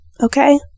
Okay